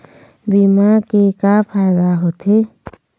बीमा के का फायदा होते?